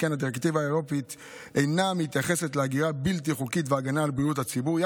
שכן הדירקטיבה אינה מתייחסת להגירה בלתי חוקית והגנה על בריאות הציבור.